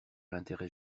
l’intérêt